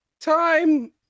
Time